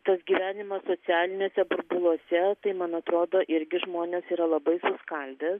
tas gyvenimas socialiniuose burbuluose tai man atrodo irgi žmonės yra labai susiskaldęs